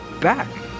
back